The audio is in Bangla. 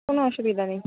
কোনো অসুবিধা নেই